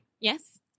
Yes